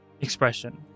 expression